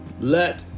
let